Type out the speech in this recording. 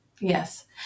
Yes